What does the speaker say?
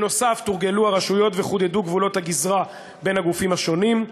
נוסף על כך תורגלו הרשויות וחודדו גבולות הגזרה בין הגופים השונים.